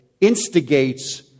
instigates